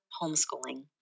homeschooling